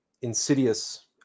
insidious